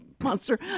monster